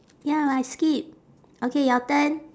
ya I skip okay your turn